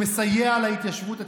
שמסייע להתיישבות הצעירה.